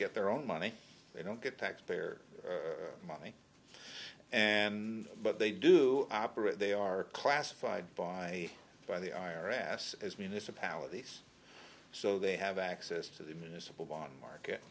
get their own money they don't get taxpayer money and but they do operate they are classified by by the i r s as municipalities so they have access to the municipal bond market